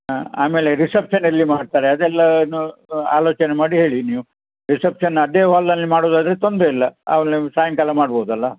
ಹಾಂ ಆಮೇಲೆ ರಿಸೆಪ್ಷನ್ ಎಲ್ಲಿ ಮಾಡ್ತಾರೆ ಅದೆಲ್ಲ ಇನ್ನು ಆಲೋಚನೆ ಮಾಡಿ ಹೇಳಿ ನೀವು ರಿಸೆಪ್ಷನ್ ಅದೇ ಹಾಲ್ನಲ್ಲಿ ಮಾಡುವುದಾದ್ರೆ ತೊಂದರೆಯಿಲ್ಲ ಆವ್ಗ ನೀವು ಸಾಯಂಕಾಲ ಮಾಡ್ಬೋದಲ್ವ